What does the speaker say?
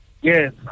Yes